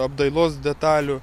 apdailos detalių